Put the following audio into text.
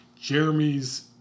Jeremy's